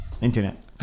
Internet